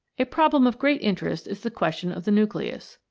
a problem of great interest is the question of the nucleus.